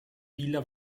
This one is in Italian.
villa